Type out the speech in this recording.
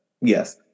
Yes